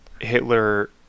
hitler